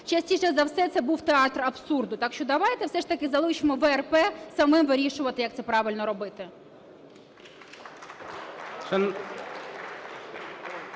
частіше за все це був театр абсурду. Так що давайте все ж таки залишимо ВРП самим вирішувати, як це правильно робити.